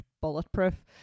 bulletproof